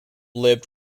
lived